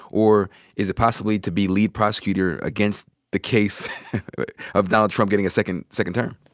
or is it possibly to be lead prosecutor against the case of donald trump getting a second second term?